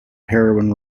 heroin